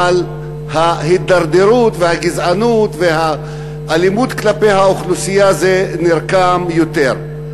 אבל ההידרדרות והגזענות והאלימות כלפי האוכלוסייה זה נרקם יותר.